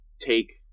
take